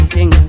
King